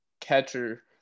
catcher